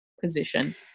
position